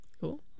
cool